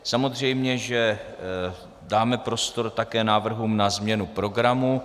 Samozřejmě dáme prostor také návrhům na změnu programu.